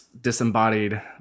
disembodied